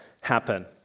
happen